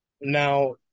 Now